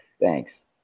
Thanks